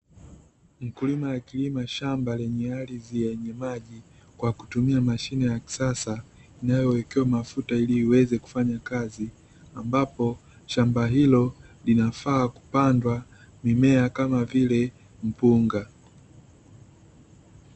Mkulima akilima shamba lenye ardhi yenye maji, kwa kutumia mashine ya kisasa inayowekewa mafuta ili iweze kufanya kazi, ambapo shamba hilo linafaa kupandwa mimea, kama vile mpunga.